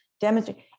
Demonstrate